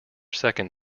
second